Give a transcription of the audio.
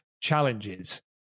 challenges